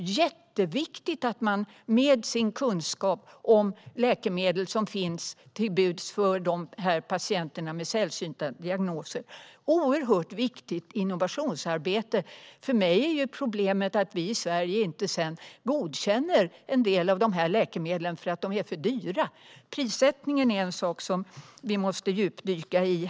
Det är jätteviktigt att man förmedlar sin kunskap om de läkemedel som står till buds för patienterna med sällsynta diagnoser. Det är ett oerhört viktigt informationsarbete. För mig är problemet att vi i Sverige sedan inte godkänner en del av de här läkemedlen för att de är för dyra. Prissättningen är en sak som vi måste djupdyka i.